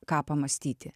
ką pamąstyti